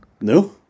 no